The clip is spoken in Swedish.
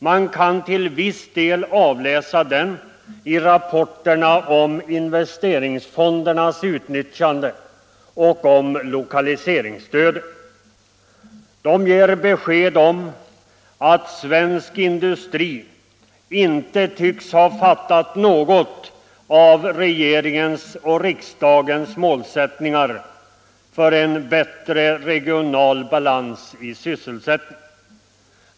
Man kan till viss del avläsa den i rapporterna om investeringsfondernas utnyttjande och om lokaliseringsstödet. De ger besked om att svensk industri inte tycks ha fattat något av regeringens och riksdagens målsättningar i strävandena efter en bättre regional balans i sysselsättningen.